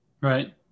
right